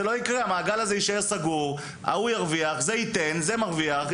המעגל הזה יישאר סגור ואנשים שחברים בו ימשיכו להרוויח.